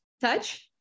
touch